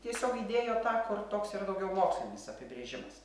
tiesiog įdėjo tą kur toks yra daugiau mokslinis apibrėžimas